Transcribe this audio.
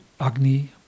Agni